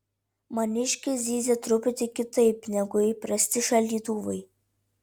maniškis zyzia truputį kitaip negu įprasti šaldytuvai